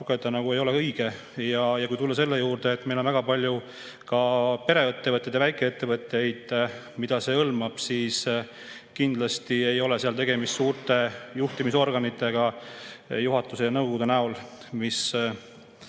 taha pugeda ei ole nagu õige. Kui tulla selle juurde, et meil on väga palju ka pereettevõtteid ja väikeettevõtteid, mida see hõlmab, siis kindlasti ei ole seal tegemist suurte juhtimisorganitega juhatuse ja nõukogu näol, mis